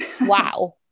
Wow